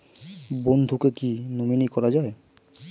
বন্ধুকে কী নমিনি করা যায়?